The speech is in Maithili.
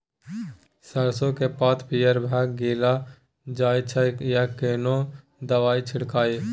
सरसो के पात पीयर भ के गीरल जाय छै यो केना दवाई के छिड़कीयई?